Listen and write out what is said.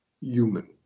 human